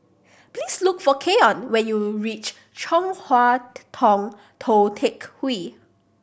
please look for Keion when you reach Chong Hua Tong Tou Teck Hwee